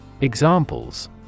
Examples